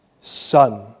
Son